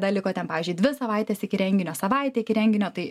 dar liko ten pavyzdžiui dvi savaitės iki renginio savaitė iki renginio tai